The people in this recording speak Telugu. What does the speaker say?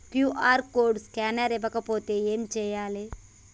క్యూ.ఆర్ కోడ్ స్కానర్ అవ్వకపోతే ఏం చేయాలి?